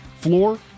floor